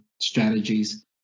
strategies